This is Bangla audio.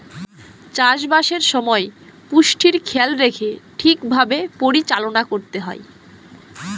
চাষবাসের সময় পুষ্টির খেয়াল রেখে ঠিক ভাবে পরিচালনা করতে হয়